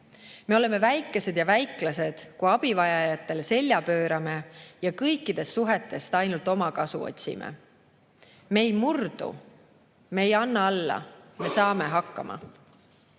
Me oleme väikesed ja väiklased, kui abivajajatele selja pöörame ja kõikidest suhetest ainult omakasu otsime. Me ei murdu, me ei anna alla, me saame hakkama.